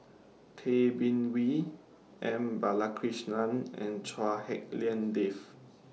Tay Bin Wee M Balakrishnan and Chua Hak Lien Dave